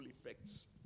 effects